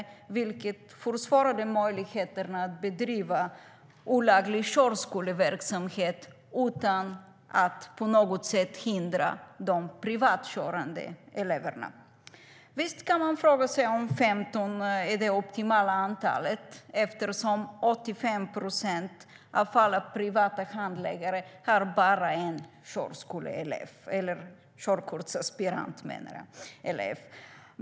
Detta försvårade möjligheterna att bedriva olaglig körskoleverksamhet utan att på något sätt hindra de privatkörande eleverna. Visst kan man fråga sig om 15 är det optimala antalet, eftersom 85 procent av alla privata handledare bara har en körkortsaspirant.